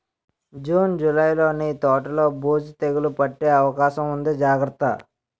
June, జూలైలో నీ తోటలో బూజు, తెగులూ వచ్చే అవకాశముంది జాగ్రత్త